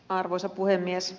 arvoisa puhemies